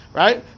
right